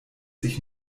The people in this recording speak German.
sich